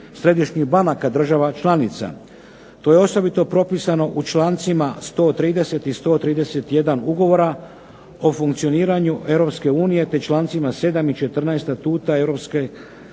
To je osobito propisano u člancima 130. i 131. ugovora o funkcioniranju Europske unije te člancima 7. i 14. Statuta